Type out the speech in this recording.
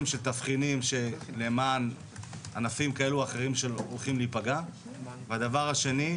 בתבחינים למען ענפים שהולכים להיפגע והדבר השני,